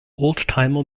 oldtimer